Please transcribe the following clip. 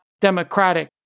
democratic